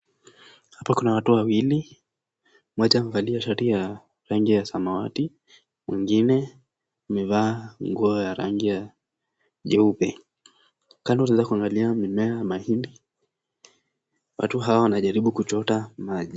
Hapa kuna watu wawili, mmoja amevalia shati ya rangi ya samawati, mwingine amevaa nguo ya rangi ya jeupe. Kando unaweza kuangalia mimea ya mahindi. Watu hao wanajaribu kuchota maji.